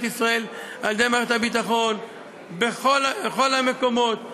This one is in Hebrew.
ישראל על-ידי מערכת הביטחון בכל המקומות,